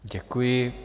Děkuji.